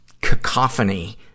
cacophony